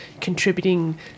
contributing